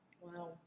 Wow